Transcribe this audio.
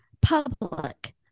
Public